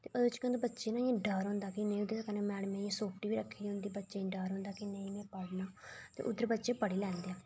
ते ओह्दे कन्नै केह् कि बच्चे ई नां डर होंदा ते कन्नै मैड़में सोट्टी बी रक्खी दी होंदी ते बच्चें गी डर होंदा कि नेईं में पढ़ना ते उद्धर बच्चे पढ़ी लैंदे